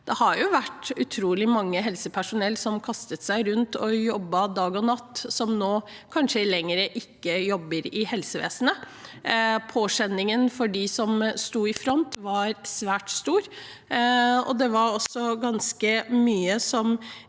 Det var utrolig mye helsepersonell som kastet seg rundt og jobbet dag og natt, som nå kanskje ikke lenger jobber i helsevesenet. Påkjenningen for dem som sto i front, var svært stor. Det er også ganske mye vi